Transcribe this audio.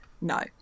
No